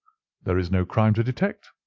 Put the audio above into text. there is no crime to detect,